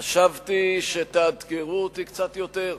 חשבתי שתאתגרו אותי קצת יותר.